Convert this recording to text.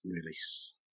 release